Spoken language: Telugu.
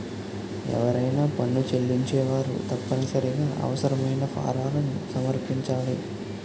ఎవరైనా పన్ను చెల్లించేవారు తప్పనిసరిగా అవసరమైన ఫారాలను సమర్పించాలి